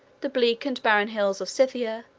the bleak and barren hills of scythia,